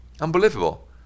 Unbelievable